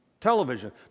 television